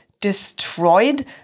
destroyed